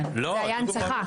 זה היה הנצחה.